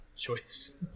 choice